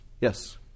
Yes